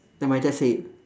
then my dad said